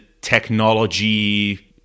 technology